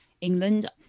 England